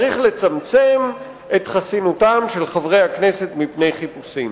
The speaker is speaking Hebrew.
צריך לצמצם את חסינותם של חברי הכנסת בפני חיפושים.